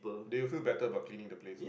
they will feel better about cleaning the place